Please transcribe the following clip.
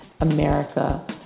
America